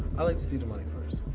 i like to see the money first.